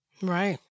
Right